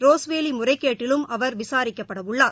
Rose Valley முறைகேட்டிலும் அவர் விசாரிக்கப்பட உள்ளார்